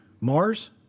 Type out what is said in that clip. Mars